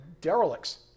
derelicts